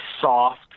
soft